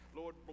lord